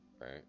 right